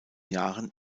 jahren